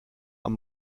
amb